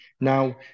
Now